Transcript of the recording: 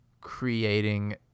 creating